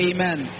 Amen